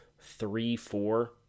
three-four